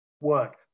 work